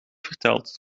verteld